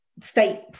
state